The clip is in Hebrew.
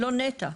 לא נת"ע.